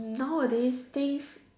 nowadays things